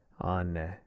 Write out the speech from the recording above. on